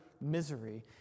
misery